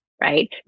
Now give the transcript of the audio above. Right